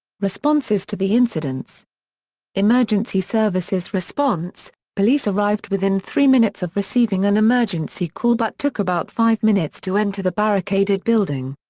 responses to the incidents emergency services response police arrived within three minutes of receiving an emergency call but took about five minutes to enter the barricaded building.